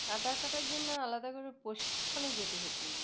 সাঁতার কাটার জন্য আলাদা করে প্রশিক্ষণে যেতে হতো না